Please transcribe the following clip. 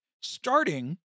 starting